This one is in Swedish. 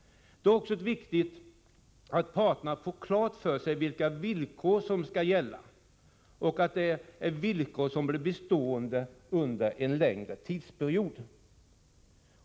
Det är också viktigt att parterna får klart för sig vilka villkor som skall gälla och att villkoren blir bestående under en längre tidsperiod.